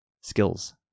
skills